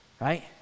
Right